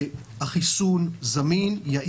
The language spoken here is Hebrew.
החיסון זמין, יעיל ובטוח.